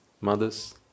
Mothers